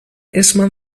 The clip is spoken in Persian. اسمم